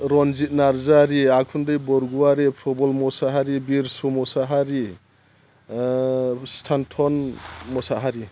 रन्जिथ नारजारि आखुन्दै बरगयारि प्रबल मुसाहारि बिरसु मुसाहारि स्थानथन मुसाहारि